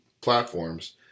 platforms